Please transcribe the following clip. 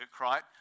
right